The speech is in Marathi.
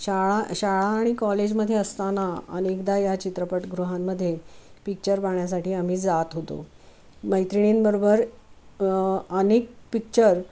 शाळा शाळा आणि कॉलेजमध्ये असताना अनेकदा या चित्रपटगृहांमध्ये पिच्चर पाहण्यासाठी आम्ही जात होतो मैत्रिणींबरोबर अनेक पिच्चर